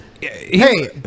hey